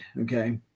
Okay